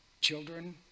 children